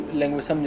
language